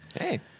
Hey